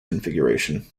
configuration